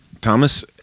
Thomas